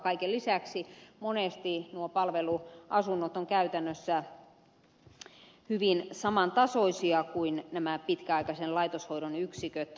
kaiken lisäksi monesti nuo palveluasunnot ovat käytännössä hyvin samantasoisia kuin nämä pitkäaikaisen laitoshoidon yksiköt